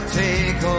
take